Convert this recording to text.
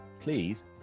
Please